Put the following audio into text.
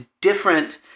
different